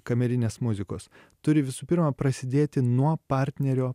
kamerinės muzikos turi visų pirma prasidėti nuo partnerio